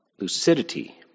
lucidity